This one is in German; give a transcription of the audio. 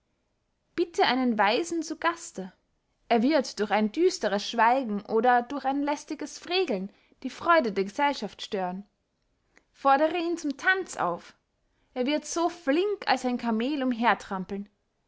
bitte einen weisen zu gaste er wird durch ein düsteres schweigen oder durch ein lästiges frägeln die freude der gesellschaft stören fordere ihn zum tanz auf er wird so flink als ein